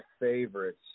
favorites